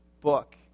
book